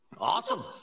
awesome